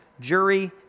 jury